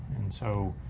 and so,